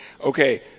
Okay